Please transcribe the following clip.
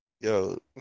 yo